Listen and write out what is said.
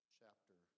chapter